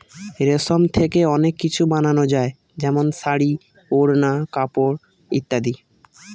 রেশম থেকে অনেক কিছু বানানো যায় যেমন শাড়ী, ওড়না, কাপড় ইত্যাদি